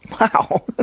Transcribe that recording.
Wow